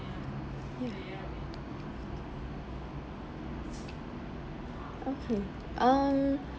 ya okay um